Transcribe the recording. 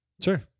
Sure